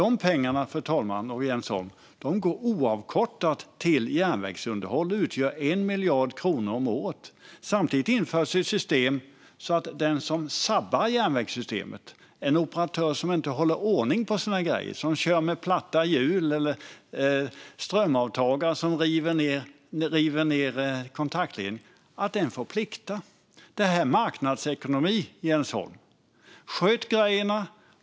De pengarna, fru talman och Jens Holm, går oavkortat till järnvägsunderhåll, och de utgör 1 miljard kronor om året. Samtidigt infördes ett system så att den som sabbar järnvägssystemet får plikta. Det kan vara en operatör som inte håller ordning på sina grejer eller som kör med platta hjul eller med strömavtagare som river ned kontaktledningar. Detta är marknadsekonomi, Jens Holm. Sköt grejerna!